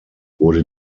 wurde